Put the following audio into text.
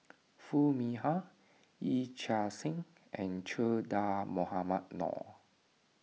Foo Mee Har Yee Chia Hsing and Che Dah Mohamed Noor